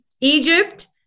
Egypt